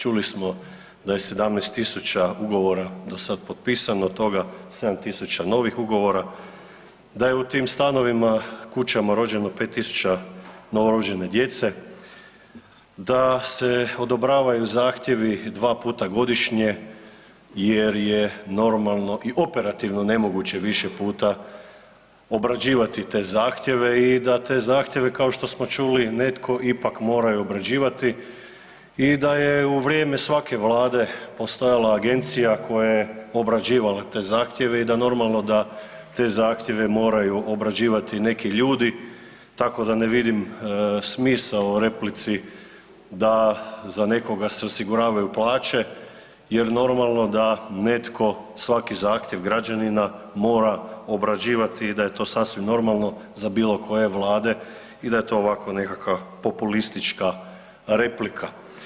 Čuli smo da je 17 000 ugovora do sad potpisano, od toga 7000 novih ugovora, da je u tim stanovima, kućama, rođeno 5000 novorođene djece, da se odobravaju zahtjevi dva puta godišnje jer je normalno i operativno nemoguće obrađivati te zahtjeve i da te zahtjeve kao što smo čuli, netko ipak mora i obrađivati i da je u vrijeme svake Vlade postojala agencija koja je obrađivala te zahtjeve da je normalno da te zahtjeve moraju obrađivati neki ljudi, tako da ne vidim smisao u replici da za nekoga se osiguravaju plaće jer normalno da netko svaki zahtjev građanina mora obrađivati i da je to sasvim normalno za bilokoje Vlade i da je to ovako nekakva populistička replika.